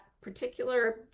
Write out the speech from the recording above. particular